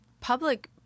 public